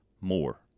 more